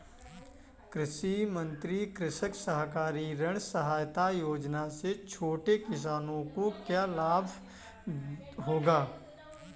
मुख्यमंत्री कृषक सहकारी ऋण सहायता योजना से छोटे किसानों को क्या लाभ होगा?